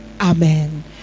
amen